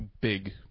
big